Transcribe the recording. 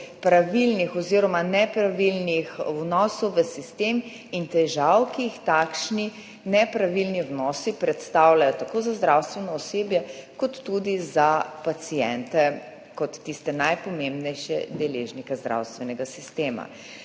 pravilnih oziroma nepravilnih vnosov v sistem in težav, ki jih takšni nepravilni vnosi predstavljajo tako za zdravstveno osebje kot tudi za paciente kot tiste najpomembnejše deležnike zdravstvenega sistema.